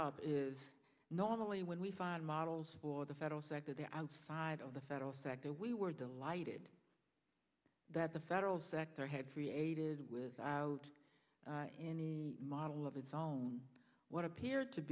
up is normally when we find models or the federal sector the outside of the federal sector we were delighted that the federal sector had free aided without any model of its own what appeared to